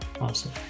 Awesome